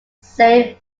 save